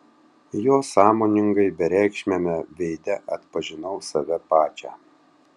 jo sąmoningai bereikšmiame veide atpažinau save pačią